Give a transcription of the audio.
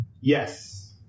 Yes